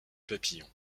papillon